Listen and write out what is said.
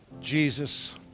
Jesus